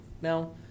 now